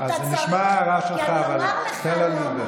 משה סעדה, מתי היה זמן